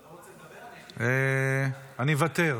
תודה, אדוני